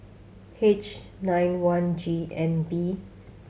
H nine one G N B